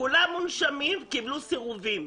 כולם מונשמים, קיבלו סירובים.